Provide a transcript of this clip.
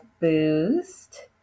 Boost